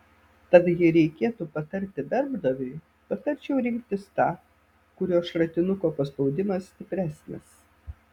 tad jei reikėtų patarti darbdaviui patarčiau rinktis tą kurio šratinuko paspaudimas stipresnis